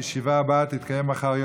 הישיבה הבאה תתקיים מחר,